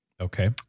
Okay